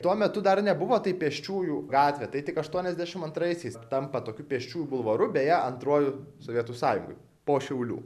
tuo metu dar nebuvo tai pėsčiųjų gatvė tai tik aštuoniasdešimt antraisiais tampa tokiu pėsčiųjų bulvaru beje antruoju sovietų sąjungoj po šiaulių